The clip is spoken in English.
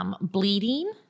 bleeding